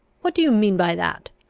what do you mean by that?